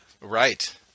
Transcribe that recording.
Right